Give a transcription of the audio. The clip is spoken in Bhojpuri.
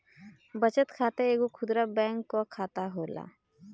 बचत खाता एगो खुदरा बैंक कअ खाता होला